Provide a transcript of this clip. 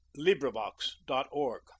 LibriVox.org